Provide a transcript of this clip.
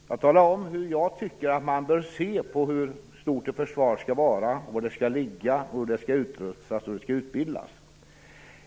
Jag talar om hur jag tycker att man bör se på hur stort ett försvar skall vara, var det skall ligga, hur det skall utrustas och hur de skall utbildas.